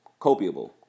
Copiable